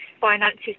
finances